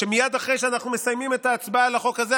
מייד אחרי שאנחנו מסיימים את ההצבעה על החוק הזה,